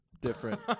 Different